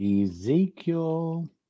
Ezekiel